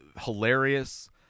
Hilarious